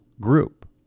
group